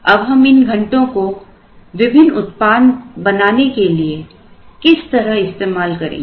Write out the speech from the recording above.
अब हम इन घंटों को विभिन्न उत्पाद बनाने के लिए किस तरह इस्तेमाल करेंगे